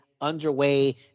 underway